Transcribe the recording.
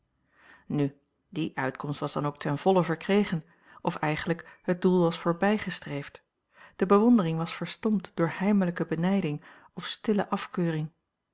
nu die uitkomst was dan ook ten volle verkregen of eigenlijk het doel was voorbijgestreefd de bewondering was verstomd door heimelijke benijding of stille af